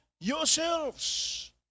yourselves